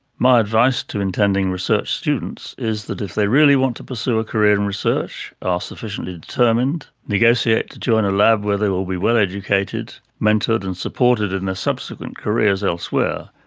my advice to intending research students is that if they really want to pursue a career in research, are sufficiently determined, negotiate to join a lab where they will be well educated, mentored and supported in their ah subsequent careers elsewhere,